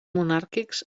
monàrquics